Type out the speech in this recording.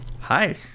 Hi